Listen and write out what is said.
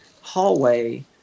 hallway